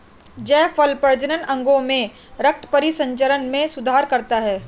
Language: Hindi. जायफल प्रजनन अंगों में रक्त परिसंचरण में सुधार करता है